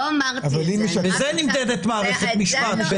בזה נמדדת מערכת משפט.